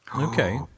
Okay